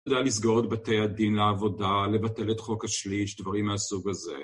לסגור את בתי הדין לעבודה, לבטל את חוק השליש, דברים מהסוג הזה.